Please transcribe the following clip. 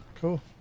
Cool